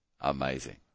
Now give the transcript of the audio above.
Amazing